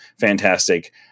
fantastic